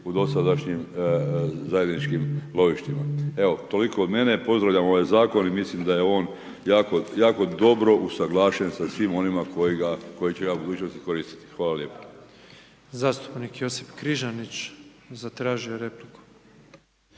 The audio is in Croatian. u dosadašnjim zajedničkim lovištima. Evo, toliko od mene, pozdravljam ovaj zakon i mislim da je on jako dobro usuglašen sa svima onima koji će ga u budućnosti koristiti. Hvala lijepo. **Petrov, Božo (MOST)** Zastupnik Josip Križanić zatražio je repliku.